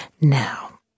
Now